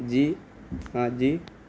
جی ہاں جی